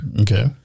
Okay